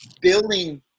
building